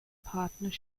partner